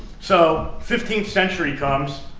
so fifteenth century comes,